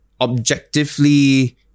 objectively